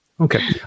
okay